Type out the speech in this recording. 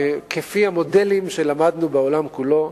כפי המודלים שלמדנו בעולם כולו,